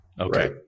Okay